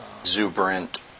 exuberant